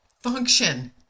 function